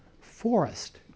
forest